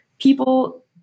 people